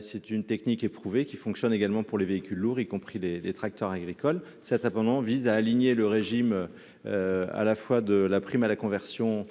Cette technique éprouvée fonctionne également pour les véhicules lourds, y compris les tracteurs agricoles. Mon amendement vise à aligner la prime au rétrofit sur la prime à la conversion.